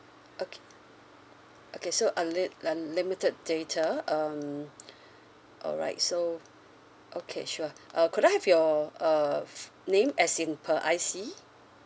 okay okay so unli~ unlimited data um alright so okay sure uh could I have your uh name as in per I_C